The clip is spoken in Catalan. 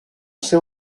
seu